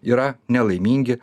yra nelaimingi